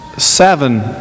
seven